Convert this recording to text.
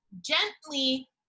gently